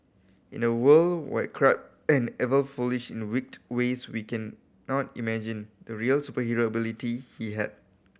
in a world where crime and evil flourished in a wicked ways we cannot imagine the real superhero ability he had